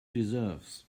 deserves